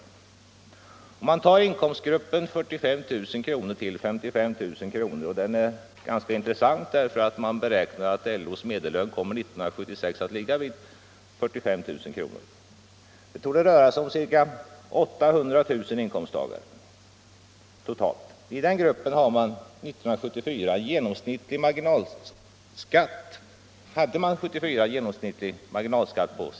Låt oss som exempel ta inkomstgruppen 45 000-55 000 kr. Den är ganska intressant därför att man beräknar att LO:s medellön 1976 kommer att ligga vid 45 000 kr. Det torde röra sig om ca 800 000 inkomsttagare totalt. I den gruppen hade man 1974 en genomsnittlig marginalskatt på 63 26.